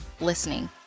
listening